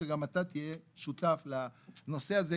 שגם אתה תהיה שותף לנושא הזה,